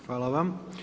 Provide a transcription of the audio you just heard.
Hvala vam.